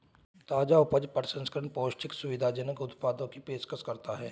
ताजा उपज प्रसंस्करण पौष्टिक, सुविधाजनक उत्पादों की पेशकश करता है